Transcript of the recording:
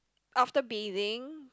after bathing